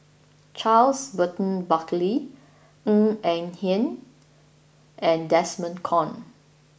Charles Burton Buckley Ng Eng Hen and Desmond Kon